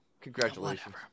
Congratulations